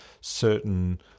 certain